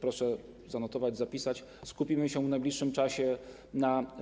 Proszę to zanotować, zapisać, że skupimy się w najbliższym czasie na